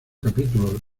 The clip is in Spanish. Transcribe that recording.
capítulo